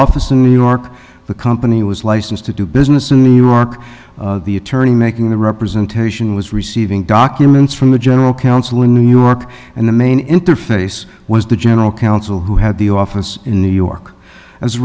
office in new york the company was licensed to do business in iraq the attorney making the representation was receiving documents from the general counsel in new york and the main interface was the general counsel who had the office in new york as a